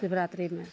शिवरात्रिमे